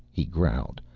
he growled,